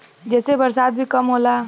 जेसे बरसात भी कम होला